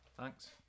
Thanks